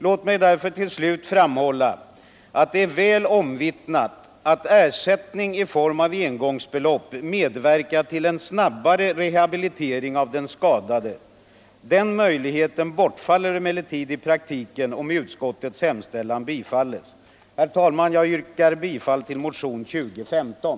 Låt mig därför till slut framhålla att det är väl omvittnat att ersättning i form av engångsbelopp medverkar till en snabbare rehabilitering av den skadade. Den möjligheten bortfaller emellertid i praktiken, om utskottets hemställan bifalles. Herr talman! Jag yrkar bifall till motionen 2015.